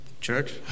church